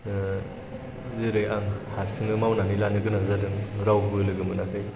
जेरै आं हारसिंनो मावनानै लानो गोनां जादों रावबो लोगो मोनाखै